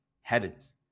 heavens